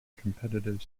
competitive